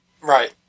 right